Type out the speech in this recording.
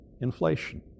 Inflation